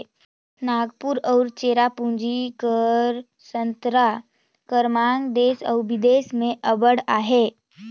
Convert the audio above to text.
नांगपुर अउ चेरापूंजी कर संतरा कर मांग देस अउ बिदेस में अब्बड़ अहे